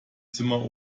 zimmer